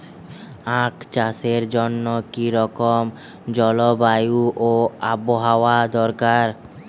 আখ চাষের জন্য কি রকম জলবায়ু ও আবহাওয়া দরকার?